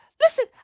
listen